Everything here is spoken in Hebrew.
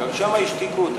גם שם השתיקו אותנו.